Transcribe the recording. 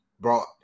brought